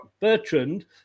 Bertrand